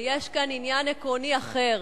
אבל יש כאן עניין עקרוני אחר.